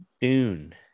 Dune